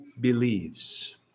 believes